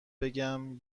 بگم